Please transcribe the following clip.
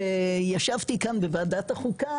וישבתי כאן בוועדת החוקה,